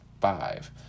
five